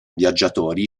viaggiatori